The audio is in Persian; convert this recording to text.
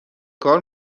کار